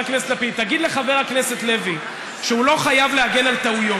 תגיד לחבר הכנסת לוי שהוא לא חייב להגן על טעויות.